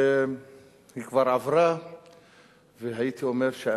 אני אשמח לשמוע התייחסותך,